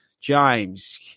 james